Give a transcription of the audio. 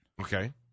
Okay